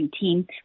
team